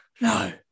No